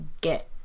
get